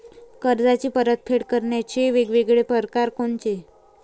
कर्जाची परतफेड करण्याचे वेगवेगळ परकार कोनचे?